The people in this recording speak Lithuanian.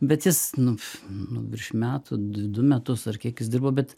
bet jis nu nu virš metų du metus ar kiek jis dirbo bet